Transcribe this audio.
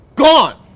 gone!